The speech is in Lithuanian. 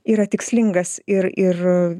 yra tikslingas ir ir